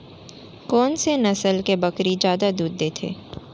कोन से नस्ल के बकरी जादा दूध देथे